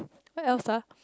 what else ah